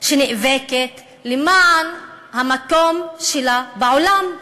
שנאבקת למען המקום שלה בעולם,